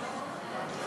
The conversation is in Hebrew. אדוני